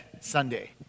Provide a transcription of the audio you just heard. Sunday